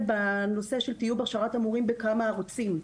בנושא של טיוב הכשרת מורים בכמה ערוצים.